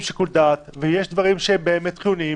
שיקול דעת ויש דברים שהם באמת חיוניים,